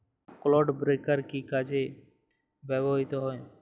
Clod breaker কি কাজে ব্যবহৃত হয়?